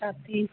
ਛਾਤੀ